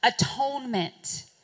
Atonement